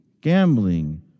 gambling